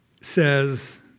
says